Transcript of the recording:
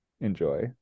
enjoy